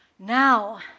Now